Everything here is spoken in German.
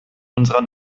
unserer